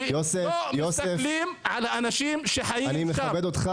ולא מסתכלים על האנשים שחיים כאן.